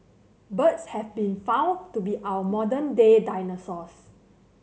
birds have been found to be our modern day dinosaurs